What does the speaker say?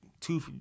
two